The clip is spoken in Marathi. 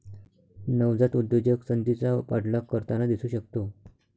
नवजात उद्योजक संधीचा पाठलाग करताना दिसू शकतो